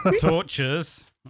Tortures